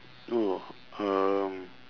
no um